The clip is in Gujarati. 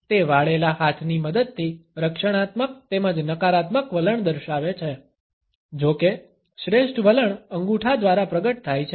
તે વાળેલા હાથની મદદથી રક્ષણાત્મક તેમજ નકારાત્મક વલણ દર્શાવે છે જો કે શ્રેષ્ઠ વલણ અંગૂઠા દ્વારા પ્રગટ થાય છે